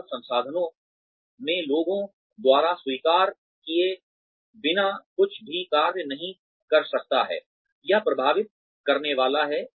मानव संसाधनों में लोगों द्वारा स्वीकार किए बिना कुछ भी कार्य नहीं कर सकता है यह प्रभावित करने वाला है